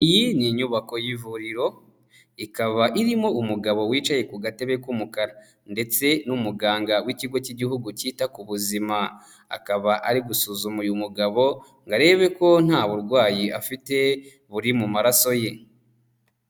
Iyi ni inyubako y'ivuriro, ikaba irimo umugabo wicaye ku gatebe k'umukara ndetse n'umuganga w'Ikigo cy'Igihugu cyita ku buzima, akaba ari gusuzuma uyu mugabo ngo arebe ko nta burwayi afite buri mu maraso ye.